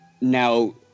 Now